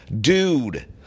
dude